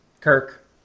Kirk